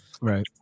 Right